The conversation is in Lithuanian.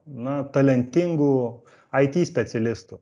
na talentingų it specialistų